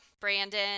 Brandon